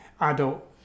adult